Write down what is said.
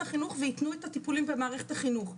החינוך ויתנו את הטיפולים במערכת החינוך.